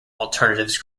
alternatives